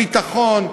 הביטחון,